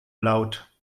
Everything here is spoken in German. laut